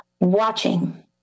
watching